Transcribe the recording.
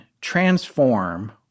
transform